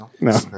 no